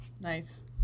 Nice